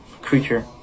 creature